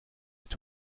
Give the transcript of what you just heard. est